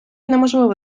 неможливо